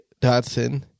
Dotson